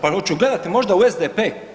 Pa hoću gledati možda u SDP?